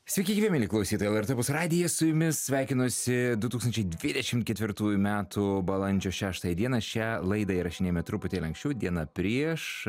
sveiki gyvi mieli klausytojai lrt opus radijas su jumis sveikinuosi du tūkstančiai dvidešimt ketvirtųjų metų balandžio šeštąją dieną šią laidą įrašinėjame truputėlį anksčiau dieną prieš